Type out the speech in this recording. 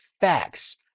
facts